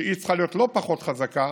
שצריכה להיות לא פחות חזקה,